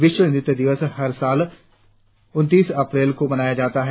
विश्व नृत्य दिवस हर साल उनतीस अप्रैल को मनाया जाता है